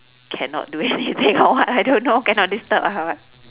cannot do anything or what I don't know cannot disturb ah what